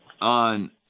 on